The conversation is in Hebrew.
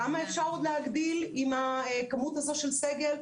כמה אפשר עוד להגדיל עם הכמות הזאת של סגל?